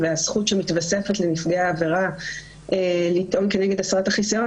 והזכות שמתווספת לנפגעי עבירה לטעון כנגד הסרת החיסיון,